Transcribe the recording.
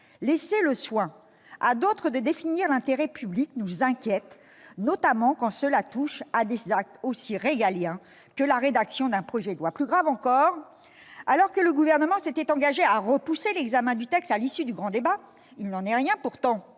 laisse le soin à d'autres de définir l'intérêt public nous préoccupe, notamment quand cela touche à des actes aussi régaliens que la rédaction d'un projet de loi. Plus grave encore, alors que le Gouvernement s'était engagé à repousser l'examen du texte à l'issue du grand débat, il n'en est rien. Pourtant,